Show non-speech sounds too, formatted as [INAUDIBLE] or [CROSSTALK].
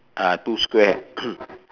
uh two square [COUGHS]